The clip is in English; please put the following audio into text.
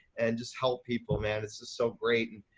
and just help people, man. it's just so great. and